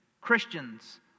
Christians